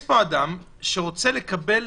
יש פה אדם שרוצה לקבל